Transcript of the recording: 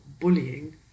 bullying